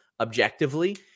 objectively